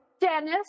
Dennis